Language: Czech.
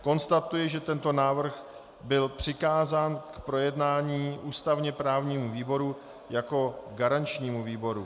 Konstatuji, že tento návrh byl přikázán k projednání ústavněprávnímu výboru jako garančnímu výboru.